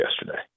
yesterday